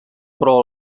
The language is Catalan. però